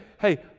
hey